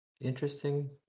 interesting